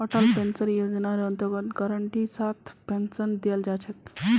Atal pension योजनार अन्तर्गत गारंटीर साथ पेन्शन दीयाल जा छेक